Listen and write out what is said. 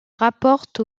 rapporte